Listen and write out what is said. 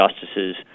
justices